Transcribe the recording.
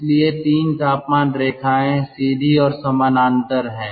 इसलिए 3 तापमान रेखाएं सीधी और समानांतर हैं